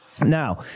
Now